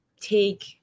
take